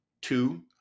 Two